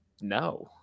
no